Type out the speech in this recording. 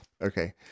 Okay